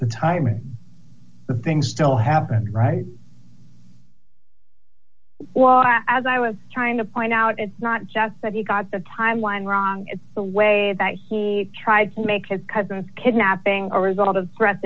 the timing the things still happen right well as i was trying to point out it's not just that he got the timeline wrong it's the way that he tried to make his cousin's kidnapping a result of threats